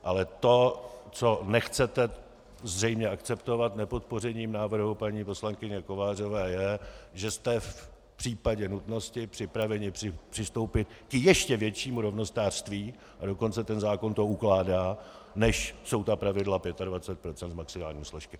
Ale to, co nechcete zřejmě akceptovat nepodpořením návrhu paní poslankyně Kovářové, je, že jste v případě nutnosti připraveni přistoupit k ještě většímu rovnostářství, a dokonce ten zákon to ukládá, než jsou ta pravidla 25 % maximální složky.